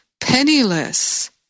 penniless